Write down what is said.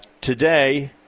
Today